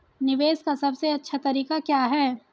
निवेश का सबसे अच्छा तरीका क्या है?